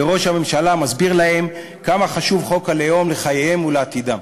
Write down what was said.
וראש הממשלה מסביר להם כמה חשוב חוק הלאום לחייהם ולעתידם.